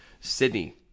Sydney